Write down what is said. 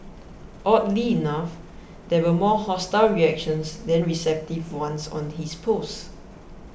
oddly enough there were more hostile reactions than receptive ones on his post